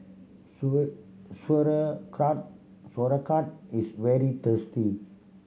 sauerkraut is very tasty